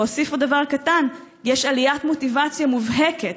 ואוסיף עוד דבר קטן: יש עליית מוטיבציה מובהקת,